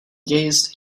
gazed